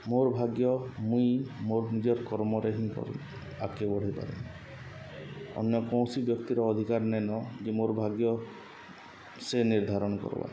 ମୋର୍ ଭାଗ୍ୟ ମୁଇଁ ମୋର୍ ନିଜର୍ କର୍ମରେ ହିଁ କର୍ମି ଆଗ୍କେ ବଢ଼େଇ ପାରେ ଅନ୍ୟ କୌଣସି ବ୍ୟକ୍ତିର ଅଧିକାର୍ ନେଇନ ଯେ ମୋର୍ ଭାଗ୍ୟ ସେ ନିର୍ଦ୍ଧାରଣ୍ କର୍ବା